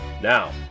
Now